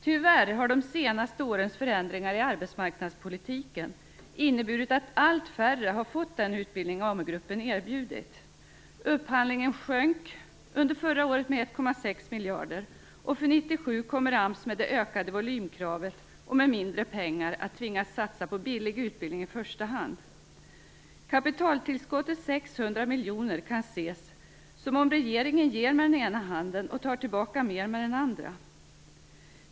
Tyvärr har de senaste årens förändringar i arbetsmarknadspolitiken inneburit att allt färre har fått den utbildning som Amu-gruppen har erbjudit. Upphandlingen sjönk under förra året med 1,6 miljarder kronor. För 1997 kommer AMS med det ökade volymkravet och med mindre pengar att tvingas satsa på billig utbildning i första hand. Kapitaltillskottet 600 miljoner kronor kan ses som att regeringen ger med den ena handen och tar tillbaka mer med den andra.